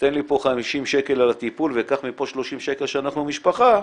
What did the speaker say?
תן לי פה 50 שקל על הטיפול וקח מפה 30 שקל שאנחנו משפחה,